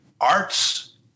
arts